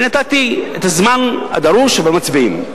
אני נתתי את הזמן הדרוש, אבל מצביעים.